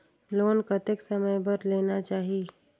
Loan कतेक समय बर लेना चाही?